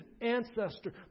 ancestor